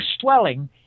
swelling